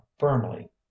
firmly